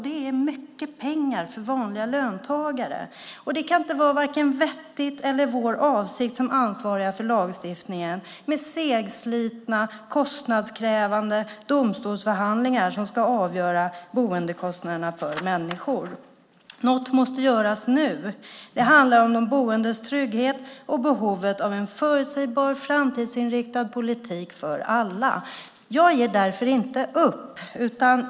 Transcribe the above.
Det är mycket pengar för vanliga löntagare. Det kan inte vara vettigt eller vår avsikt som ansvariga för lagstiftningen att segslitna och kostnadskrävande domstolsförhandlingar ska avgöra boendekostnaderna för människor. Något måste göras nu. Det handlar om de boendes trygghet och behovet av en förutsägbar, framtidsinriktad politik för alla. Jag ger därför inte upp.